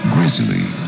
Grizzly